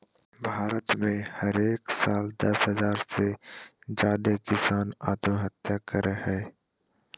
भारत में हरेक साल दस हज़ार से ज्यादे किसान आत्महत्या करय हय